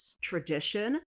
tradition